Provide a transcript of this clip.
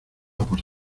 por